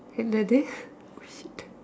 in a day oh shit